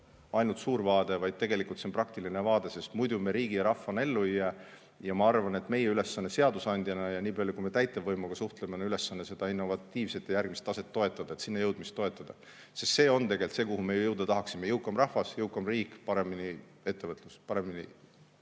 ainult suur vaade, vaid tegelikult on see praktiline vaade, sest muidu me riigi ja rahvana ellu ei jää. Ma arvan, et meie ülesanne seadusandjana ja niipalju, kui me täitevvõimuga suhtleme, on seda innovatiivset järgmist taset ja sinna jõudmist toetada. See on tegelikult see, kuhu me jõuda tahaksime: jõukam rahvas, jõukam riik, edukam ettevõtlus. Andres